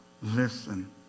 listen